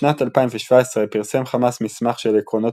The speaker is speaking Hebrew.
בשנת 2017 פרסם חמאס מסמך של עקרונות